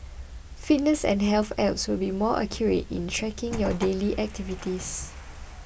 fitness and health apps will be more accurate in tracking your daily activities